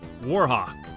Warhawk